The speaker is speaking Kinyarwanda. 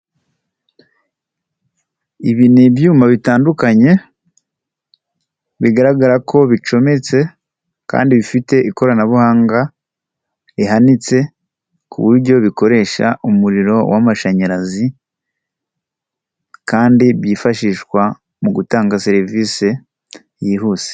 Ibi ni ibyuma bitandukanye, bigaragara ko bicometse kandi bifite ikoranabuhanga rihanitse, ku buryo bikoresha umuriro w'amashanyarazi kandi byifashishwa mu gutanga serivisi yihuse.